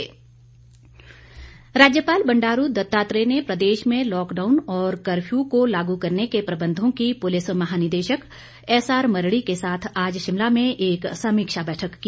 राज्यपाल राज्यपाल बंडारू दत्तात्रेय ने प्रदेश में लॉकडाउन और कफर्यू को लागू करने के प्रबंधों की पुलिस महानिदेशक एसआर मरडी के साथ आज शिमला में एक समीक्षा बैठक की